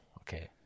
Okay